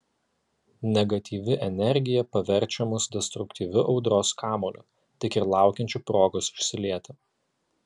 negatyvi energija paverčia mus destruktyviu audros kamuoliu tik ir laukiančiu progos išsilieti